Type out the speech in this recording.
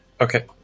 Okay